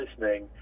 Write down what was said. listening